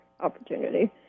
opportunity